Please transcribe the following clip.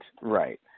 right